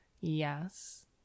Yes